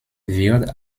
wird